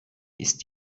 ist